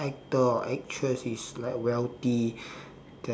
actor or actress is like wealthy